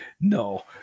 no